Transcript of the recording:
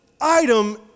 item